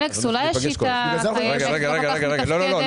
אלכס, אולי השיטה הקיימת לא כל כך מתפקדת?